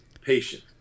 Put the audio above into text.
patient